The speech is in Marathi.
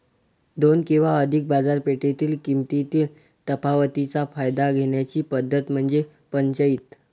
दोन किंवा अधिक बाजारपेठेतील किमतीतील तफावतीचा फायदा घेण्याची पद्धत म्हणजे पंचाईत